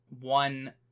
one